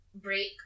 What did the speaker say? break